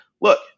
Look